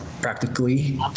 practically